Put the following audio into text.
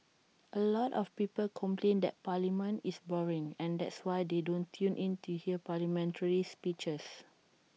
A lot of people complain that parliament is boring and that's why they don't tune in to hear parliamentary speeches